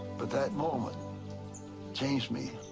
but that moment changed me,